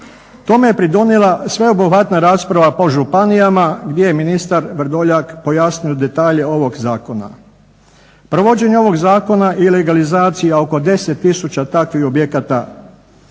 Tome je pridonijela sveobuhvatna rasprava po županijama gdje je ministar Vrdoljak pojasnio detalje ovog zakona. Provođenje ovog zakona i legalizacija oko 10000 takvih objekata,